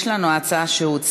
כאמור, יש לנו הצעה שהוצמדה.